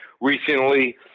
recently